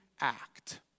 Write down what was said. act